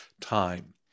time